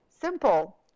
simple